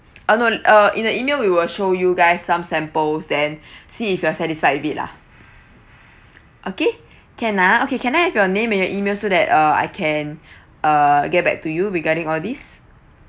uh no uh in the E-mail we will show you guys some samples then see if you are satisfied with it lah okay can uh okay can I have your name and your E-mail so that uh I can uh get back to you regarding all this